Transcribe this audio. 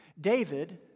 David